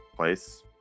Place